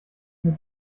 hut